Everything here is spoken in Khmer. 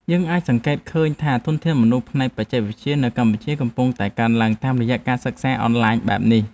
យើងអាចសង្កេតឃើញថាធនធានមនុស្សផ្នែកបច្ចេកវិទ្យានៅកម្ពុជាកំពុងតែកើនឡើងតាមរយៈការសិក្សាតាមអនឡាញបែបនេះ។